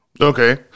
Okay